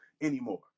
anymore